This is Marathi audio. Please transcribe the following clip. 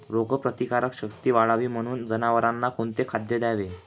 रोगप्रतिकारक शक्ती वाढावी म्हणून जनावरांना कोणते खाद्य द्यावे?